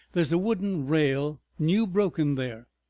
there's a wooden rail new broken there.